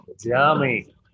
Yummy